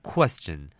Question